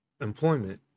employment